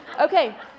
Okay